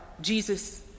Jesus